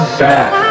back